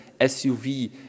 SUV